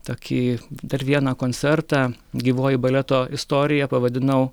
tokį dar vieną koncertą gyvoji baleto istorija pavadinau